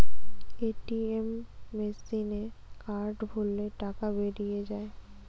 ATM মেসিনে card ভরলে টাকা বেরিয়ে যায়